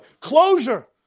closure